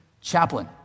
chaplain